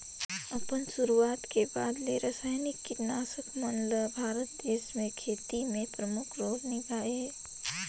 अपन शुरुआत के बाद ले रसायनिक कीटनाशक मन ल भारत देश म खेती में प्रमुख रोल निभाए हे